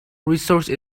resource